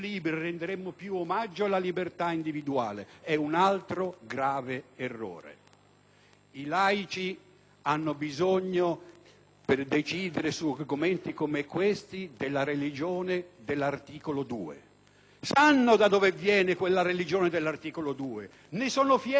I laici hanno bisogno, per decidere su argomenti come questi, della religione dell'articolo 2. Sanno da dove viene quella religione dell'articolo 2, ne sono fieri, sono disposti a testimoniarla e a difenderla. Altri laici, invece,